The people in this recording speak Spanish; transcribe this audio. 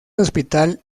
hospital